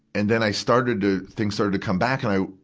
and then i started to, things started to come back. and i,